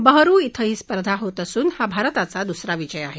बहरु क्षें ही स्पर्धा असून हा भारताचा दुसरा विजय आहे